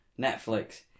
Netflix